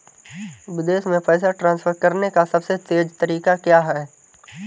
विदेश में पैसा ट्रांसफर करने का सबसे तेज़ तरीका क्या है?